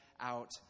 out